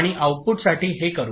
आणि आऊटपुटसाठी हे करू